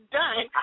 done